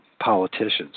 politicians